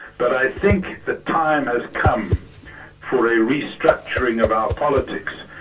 but i think the time has come for a restructuring of our politics.